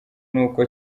n’uko